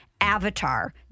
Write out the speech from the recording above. Avatar